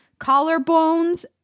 collarbones